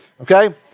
Okay